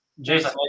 Jason